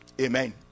Amen